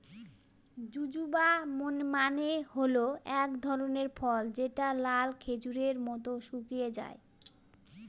জুজুবা মানে হল এক ধরনের ফল যেটা লাল খেজুরের মত শুকিয়ে যায়